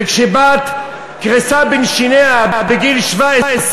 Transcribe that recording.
וכשבת, כרסה בין שיניה בגיל 17,